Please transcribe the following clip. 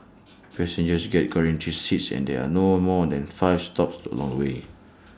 passengers get guaranteed seats and there are no more than five stops the along way